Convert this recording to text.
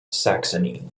saxony